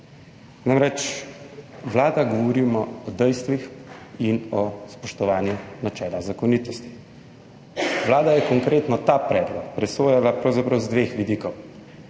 Namreč, govorimo o dejstvih in o spoštovanju načela zakonitosti. Vlada je konkretno ta predlog presojala pravzaprav iz dveh vidikov,